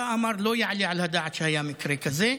ואמר: לא יעלה על הדעת שהיה מקרה כזה.